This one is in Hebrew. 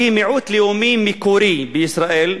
שהיא מיעוט לאומי מקורי בישראל,